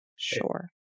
sure